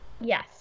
Yes